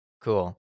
Cool